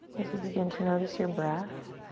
as you begin to notice your breath,